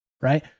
right